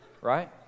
Right